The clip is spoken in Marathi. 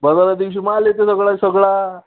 परवाच्या दिवशी माल येते सगळा सगळा